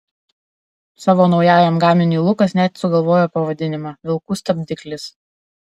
savo naujajam gaminiui lukas net sugalvojo pavadinimą vilkų stabdiklis